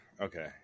Okay